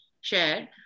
shared